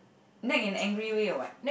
nag in angry way or what